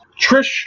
Trish